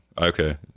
Okay